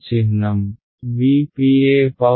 చూడండి సమయం 0510